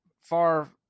far